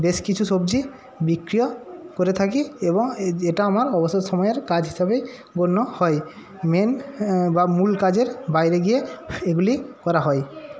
বেশ কিছু সবজি বিক্রিও করে থাকি এবং এটা আমার অবসর সময়ের কাজ হিসাবে গণ্য হয় মেন বা মূল কাজের বাইরে গিয়ে এগুলি করা হয়